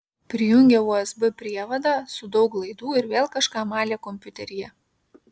prijungė usb prievadą su daug laidų ir vėl kažką malė kompiuteryje